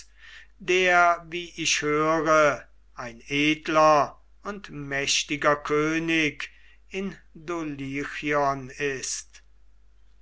der wie ich höre ein edler und mächtiger könig in dulichion ist